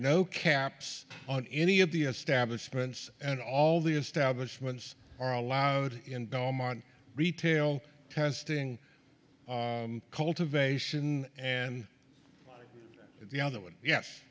no caps on any of the establishments and all the establishment are allowed in belmont retail testing cultivation and the other one yes